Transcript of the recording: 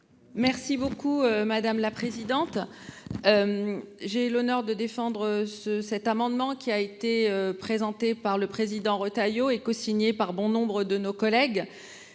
Merci beaucoup madame la présidente. J'ai l'honneur de défendre ce cet amendement qui a été présenté par le président Retailleau est cosigné par bon nombre de nos collègues.